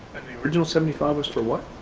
original seventy five was for what?